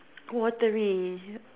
watery